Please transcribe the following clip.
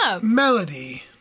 Melody